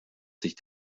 sich